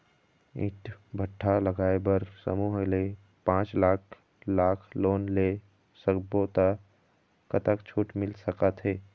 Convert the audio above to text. ईंट भट्ठा लगाए बर समूह ले पांच लाख लाख़ लोन ले सब्बो ता कतक छूट मिल सका थे?